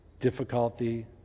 Difficulty